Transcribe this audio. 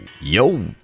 Yo